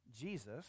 Jesus